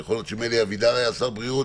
יכול להיות שאם אלי אבידר היה שר הבריאות,